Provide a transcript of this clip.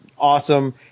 Awesome